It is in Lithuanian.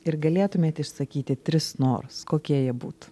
ir galėtumėt išsakyti tris norus kokie jie būtų